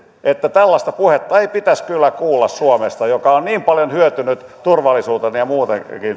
että tällaista puhetta ei pitäisi kyllä kuulla suomesta joka on niin paljon hyötynyt turvallisuudessa ja muutenkin